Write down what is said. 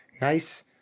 nice